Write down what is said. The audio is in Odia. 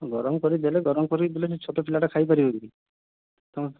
ହଁ ଗରମ କରିକି ଦେଲେ ଗରମ କରିକି ଦେଲେ କିନ୍ତୁ ଛୋଟ ପିଲାଟା ଖାଇ ପାରିବ କି ତମର